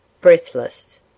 breathless